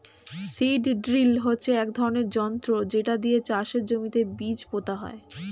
seed drill হচ্ছে এক ধরনের যন্ত্র যেটা দিয়ে চাষের জমিতে বীজ পোতা হয়